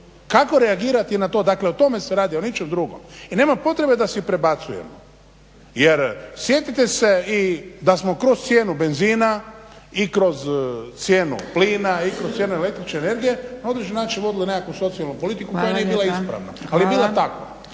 Kako reagirati na to? dakle o tome se radi o ničem drugom. I nema potrebe da si prebacujemo jer sjetite se da smo kroz cijenu benzina i kroz cijenu plina i kroz cijenu el.energije na određen način vodili nekakvu socijalnu politiku koja nije bila ispravna. Ali je bila takva.